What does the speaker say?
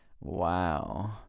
Wow